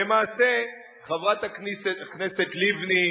למעשה חברת הכנסת לבני,